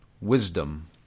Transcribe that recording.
wisdom